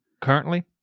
currently